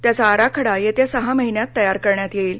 त्याचा आराखडा येत्या सहा महिन्यांत तयार करण्यात येईल